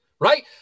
right